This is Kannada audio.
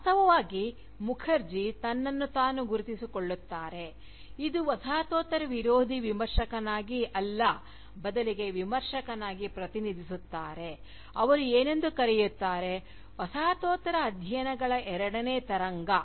ವಾಸ್ತವವಾಗಿ ಮುಖರ್ಜಿ ತನ್ನನ್ನು ತಾನು ಗುರುತಿಸಿಕೊಳ್ಳುತ್ತಾರೆ ಇದು ವಸಾಹತೋತ್ತರ ವಿರೋಧಿ ವಿಮರ್ಶಕನಾಗಿ ಅಲ್ಲ ಬದಲಿಗೆ ವಿಮರ್ಶಕನಾಗಿ ಪ್ರತಿನಿಧಿಸುತ್ತಾರೆ ಅವರು ಏನೆಂದು ಕರೆಯುತ್ತಾರೆ ವಸಾಹತೋತ್ತರ ಅಧ್ಯಯನಗಳ ಎರಡನೇ ತರಂಗ